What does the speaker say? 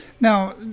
Now